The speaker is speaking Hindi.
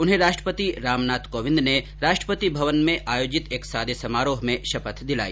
उन्हे राष्ट्रपति रामनाथ कोविंद ने राष्ट्रपति भवन में आयोजित एक सादे समारोह में शपथ दिलाई